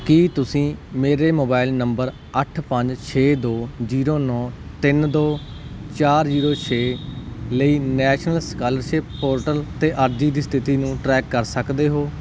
ਕੀ ਤੁਸੀਂ ਮੇਰੇ mobile number ਅੱਠ ਪੰਜ ਛੇ ਦੋ ਜ਼ੀਰੋ ਨੌਂ ਤਿੰਨ ਦੋ ਚਾਰ ਜ਼ੀਰੋ ਛੇ ਲਈ ਨੈਸ਼ਨਲ ਸਕਾਲਰਸ਼ਿਪ ਪੋਰਟਲ 'ਤੇ ਅਰਜ਼ੀ ਦੀ ਸਥਿਤੀ ਨੂੰ ਟਰੈਕ ਕਰ ਸਕਦੇ ਹੋ